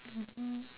mmhmm